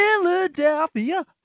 philadelphia